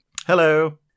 hello